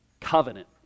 covenant